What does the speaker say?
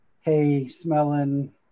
hay-smelling